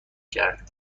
کرد